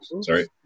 Sorry